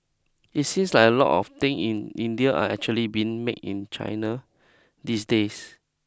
it seems like a lot of things in India are actually being made in China these days